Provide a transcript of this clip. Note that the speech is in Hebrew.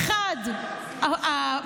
הינה,